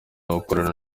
gukorana